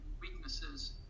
weaknesses